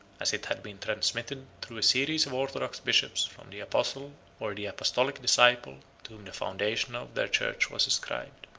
as it had been transmitted through a series of orthodox bishops from the apostle or the apostolic disciple, to whom the foundation of their church was ascribed.